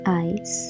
eyes